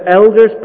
elders